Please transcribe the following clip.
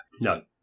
No